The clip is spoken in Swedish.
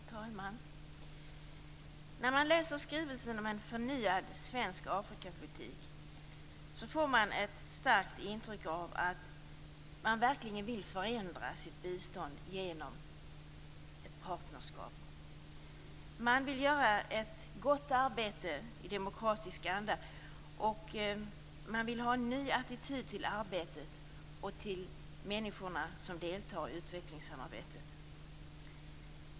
Fru talman! När man läser skrivelsen En förnyad svensk Afrikapolitik får man ett starkt intryck av att man verkligen vill förändra sitt bistånd med hjälp av ett partnerskap. Man vill göra ett gott arbete i demokratisk anda. Man vill ha en ny attityd till arbetet och till människorna som deltar i utvecklingssamarbetet.